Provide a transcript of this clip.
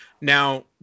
Now